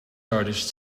artist